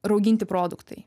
rauginti produktai